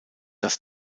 dass